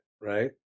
right